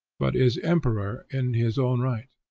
but is emperor in his own right.